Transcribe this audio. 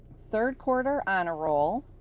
third quarter honor roll,